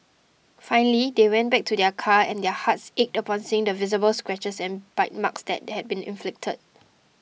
finally they went back to their car and their hearts ached upon seeing the visible scratches and bite marks that had been inflicted